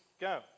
go